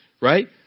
right